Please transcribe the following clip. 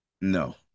No